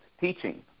teaching